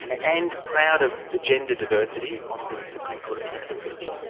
and proud of the gender diversity on the supreme court of canada's bench?